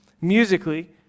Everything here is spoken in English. musically